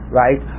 right